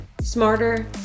smarter